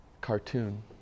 cartoon